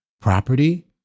property